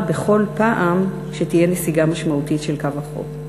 בכל פעם שתהיה נסיגה משמעותית של קו החוף.